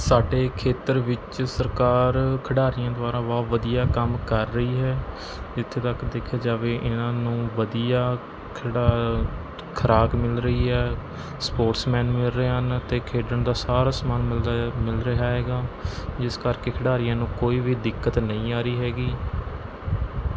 ਸਾਡੇ ਖੇਤਰ ਵਿੱਚ ਸਰਕਾਰ ਖਿਡਾਰੀਆਂ ਦੁਆਰਾ ਬਹੁਤ ਵਧੀਆ ਕੰਮ ਕਰ ਰਹੀ ਹੈ ਜਿੱਥੇ ਤੱਕ ਦੇਖਿਆ ਜਾਵੇ ਇਨ੍ਹਾਂ ਨੂੰ ਵਧੀਆ ਖੁਰਾ ਖੁਰਾਕ ਮਿਲ ਰਹੀ ਹੈ ਸਪੋਰਟਸਮੈਨ ਮਿਲ ਰਹੇ ਹਨ ਅਤੇ ਖੇਡਣ ਦਾ ਸਾਰਾ ਸਮਾਨ ਮਿਲਦਾ ਹੈ ਮਿਲ ਰਿਹਾ ਹੈਗਾ ਜਿਸ ਕਰਕੇ ਖਿਡਾਰੀਆਂ ਨੂੰ ਕੋਈ ਵੀ ਦਿੱਕਤ ਨਹੀਂ ਆ ਰਹੀ ਹੈਗੀ